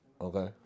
Okay